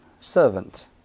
servant